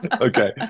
Okay